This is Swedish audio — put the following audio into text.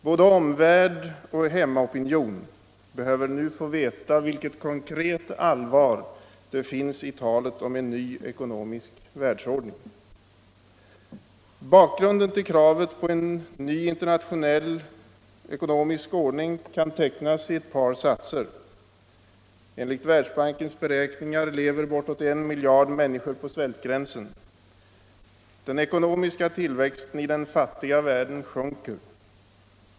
Både omvärld och hemmaopinion behöver nu få veta vilket konkret allvar det finns i talet om en ny ekonomisk världsordning. Bakgrunden till kravet på en internationell ekonomisk ordning kan tecknas i ett par satser. Enligt Världsbankens beräkningar lever bortåt 1 miljard människor på svältgränsen. Den ekonomiska tillväxten i den fattiga världen sjunker.